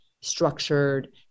structured